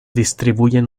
distribuyen